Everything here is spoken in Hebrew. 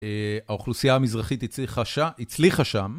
האוכלוסייה המזרחית הצליחה שם.